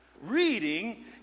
Reading